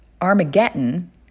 Armageddon